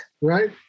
Right